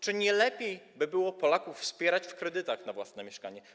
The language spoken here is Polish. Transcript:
Czy nie lepiej by było Polaków wspierać poprzez kredyty na własne mieszkanie?